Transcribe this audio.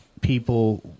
people